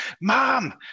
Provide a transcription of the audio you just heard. mom